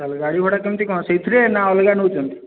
ତାହେଲେ ଗାଡ଼ି ଭଡ଼ା କେମିତି କ'ଣ ସେହିଥିରେ ନା ଅଲଗା ନେଉଛନ୍ତି